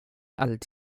allt